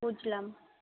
বুঝলাম